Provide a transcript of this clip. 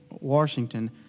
Washington